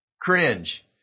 cringe